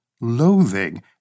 loathing